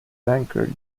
banker